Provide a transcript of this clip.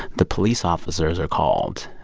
the police officers are called.